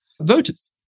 voters